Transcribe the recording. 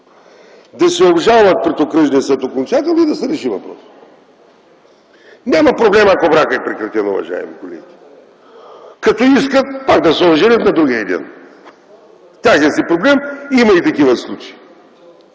да се обжалват пред окръжния съд окончателно и да се реши въпроса. Няма проблем, ако бракът е прекратен, уважаеми колеги, като искат пак да се оженят на другия ден – техен си проблем, има и такива случаи.